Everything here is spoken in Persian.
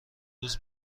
روز